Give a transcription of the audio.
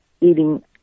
eating